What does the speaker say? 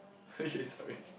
okay sorry